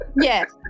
Yes